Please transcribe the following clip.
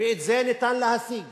ואת זה ניתן להשיג